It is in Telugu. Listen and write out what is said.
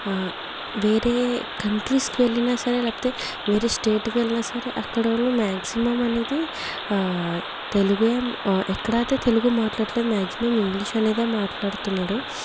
వేరే కంట్రీస్కి వెళ్ళినా సరే వేరే స్టేట్కి వెళ్ళినా సరే అక్కడోళ్ళు మ్యాక్సిమమ్ అనేది తెలుగే ఎక్కడైతే తెలుగు మాట్లాడట్లేదు మ్యాక్సిమమ్ ఇంగ్లీష్ అనేదే మాట్లాడుతున్నాడు